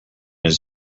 his